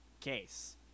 case